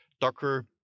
Docker